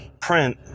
print